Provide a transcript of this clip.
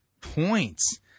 points